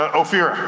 ah ophira.